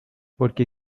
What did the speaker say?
porque